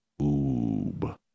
oob